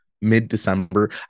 mid-December